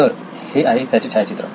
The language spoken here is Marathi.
तर हे आहे याचे छायाचित्र